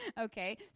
okay